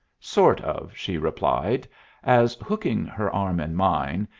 sort of, she replied as, hooking her arm in mine,